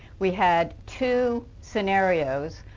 we had two scenarios,